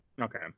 Okay